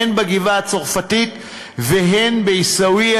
הן בגבעה-הצרפתית והן בעיסאוויה,